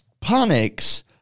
panics